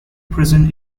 prison